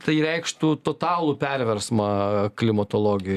tai reikštų totalų perversmą klimatologijoj